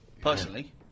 personally